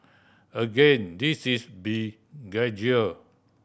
again this is be gradual